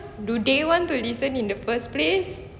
do they want to listen in the first place